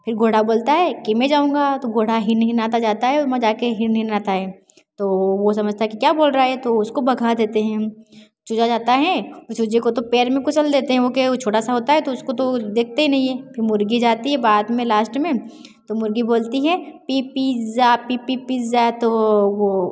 फिर घोड़ा बोलता है कि मैं जाऊँगा तो घोड़ा हिनहिनाता जाता है और वहाँ जा कर हिनहिनाता है तो वो वो समझता है कि क्या बोल रहा है ये तो उसको भगा देते हैं चूजा जाता है उस चूजे को तो पैर में कुचल देते हैं वो के वो छोटा सा होता है तो उसको तो देखते ही नहीं हैं फिर मुर्गी जाती है बाद में लास्ट में तो मुर्गी बोलती है पि पिज़्ज़ा पि पि पिज़्ज़ा तो वो